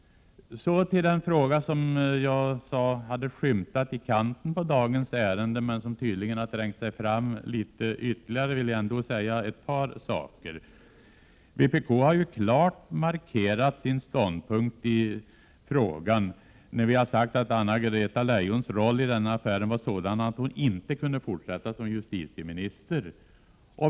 Så till den fråga som jag sade hade skymtat i kanten på dagens ärende men som tydligen har trängt sig fram ytterligare. Vpk har ju klart markerat sin ståndpunkt i frågan när vi har sagt att Anna-Greta Leijons roll i affären var sådan att hon inte kunde fortsätta som justitieminister.